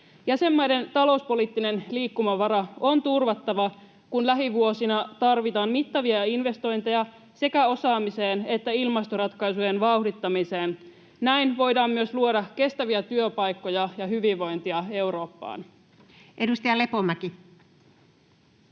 Jäsenmaiden talouspoliittinen liikkumavara on turvattava, kun lähivuosina tarvitaan mittavia investointeja sekä osaamiseen että ilmastoratkaisujen vauhdittamiseen. Näin voidaan myös luoda kestäviä työpaikkoja ja hyvinvointia Eurooppaan. Edustaja Lepomäki.